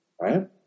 right